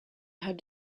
had